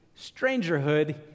strangerhood